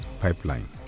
pipeline